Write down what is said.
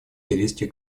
сирийских